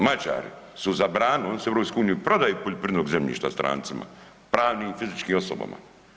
Mađari su zabranili, oni su u EU prodaju poljoprivrednog zemljišta strancima, pravnim i fizičkim osobama.